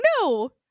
No